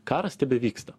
karas tebevyksta